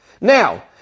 Now